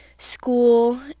school